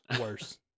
Worse